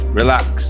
relax